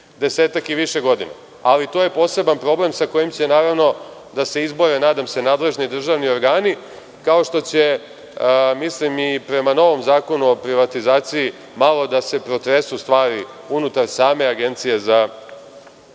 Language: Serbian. desetak i više godina? To je poseban problem sa kojim će da se izbore, nadam se, nadležni državni organi, kao što će prema novom Zakonu o privatizaciji malo da se pretresu stvari unutar same Agencije za privatizaciju. Ono